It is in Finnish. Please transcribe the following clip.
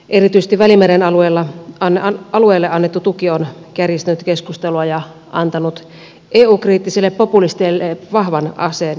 erityisesti välimeren alueelle annettu tuki on kärjistänyt keskustelua ja antanut eu kriittisille populisteille vahvan aseen arvostelulle